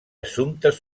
assumptes